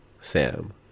Sam